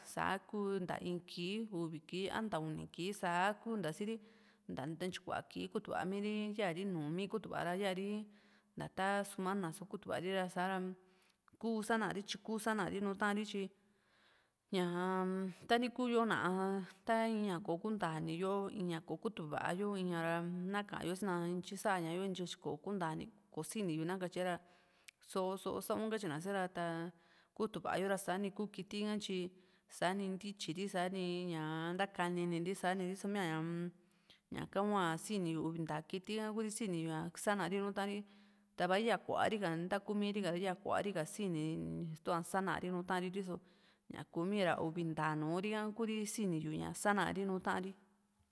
sa kúu nta in kii uvi kii a nta uni kii sáa kunta síri nta ntyi kua kii kutuva miiri ya´ri numi kutu va ra ya+ ri nta ta sumana kutuva ri ra sa´ra kuu sa´na ri tyi kuu sanari nùù taari tyi ñaa-m tani kuuyo ná´a ta in ña kokuntani yo in ña kokutuva yo in ña ra na kaa´yo sina intyi sá´a ñayo tyi kokuntani kò´o sini na katye ra só só sa´u katyina sé ra ta kutuva yo ra sani kiti ha tyi sani ntítyiri sa´ni ña ntakanini ri sa´ni só míaa ña u-m ñaka hua sini yu uvi nta kiti ha Kuri sini yu ña sa´na ri nùù taa´ri tava yaa kua´ri ka nta kuumiri ka ra ya kuari ka sini tuá sana ri nùù taari riso ñá kuumi ra uvi ntaa núu ri ha Kuri siniyu ña sa´na ri nùù taari